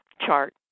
chart